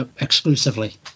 exclusively